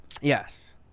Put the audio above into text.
Yes